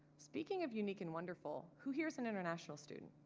speaking of unique and wonderful, who here's an international student?